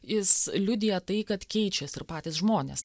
jis liudija tai kad keičias ir patys žmonės